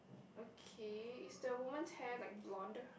okay is the woman's hair like blonde